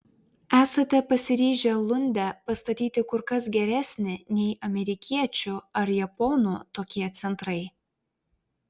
esate pasiryžę lunde pastatyti kur kas geresnį nei amerikiečių ar japonų tokie centrai